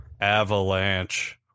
avalanche